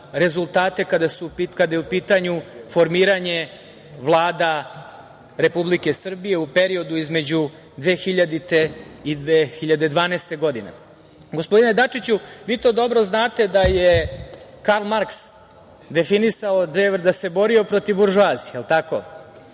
rezultate kada je u pitanju formiranje Vlada Republike Srbije u periodu između 2000. i 2012. godine. Gospodine Dačiću, vi to dobro znate da se Karl Marks borio protiv buržoazije, da li je tako,